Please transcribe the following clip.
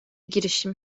girişim